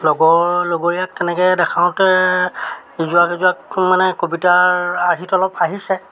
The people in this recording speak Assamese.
লগৰ লগৰীয়াক তেনেকৈ দেখাওঁতে ইজোৱা সিজোৱাক মানে কবিতাৰ আৰ্হিতো অলপ আহিছে